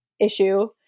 issue